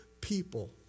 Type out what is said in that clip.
people